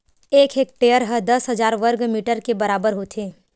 एक हेक्टेअर हा दस हजार वर्ग मीटर के बराबर होथे